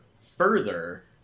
further